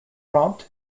prompt